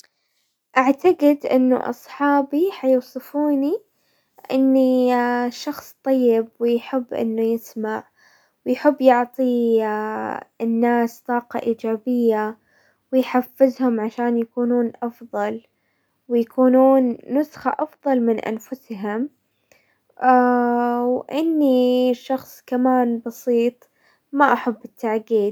اعتقد انه اصحابي حيوصفوني اني شخص طيب ويحب انه يسمع، ويحب يعطي الناس طاقة ايجابية ويحفزهم عشان يكونون افضل ويكونون نسخة افضل من انفسهم، واني شخص كمان بسيط، ما احب التعقيد.